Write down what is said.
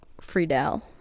Friedel